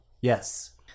Yes